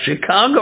Chicago